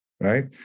right